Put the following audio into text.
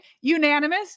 unanimous